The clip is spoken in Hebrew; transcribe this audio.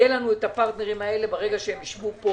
יהיה לנו את הפרטנרים האלה ברגע שהם יישבו פה